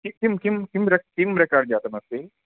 कि किं किं किं रे किं रेकार्ड् जातमस्ति